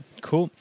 cool